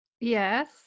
Yes